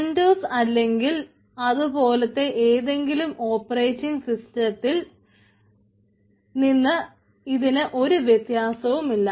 CentOS അല്ലെങ്കിൽ അതു പോലത്തെ ഏതെങ്കിലും ഓപ്പറേറ്റിങ് സിസ്റ്റത്തിൽ നിന്ന് ഇതിന് ഒരു വ്യത്യാസവും ഇല്ല